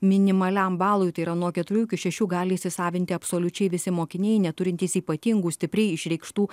minimaliam balui tai yra nuo keturių iki šešių gali įsisavinti absoliučiai visi mokiniai neturintys ypatingų stipriai išreikštų